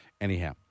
Anyhow